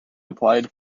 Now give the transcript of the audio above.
applied